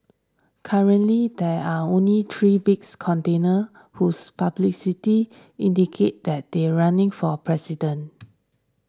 currently there are only three big contenders who's publicity indicated that they are running for a president